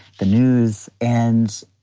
the news and,